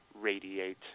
radiate